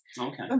Okay